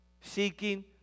seeking